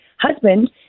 husband